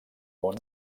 món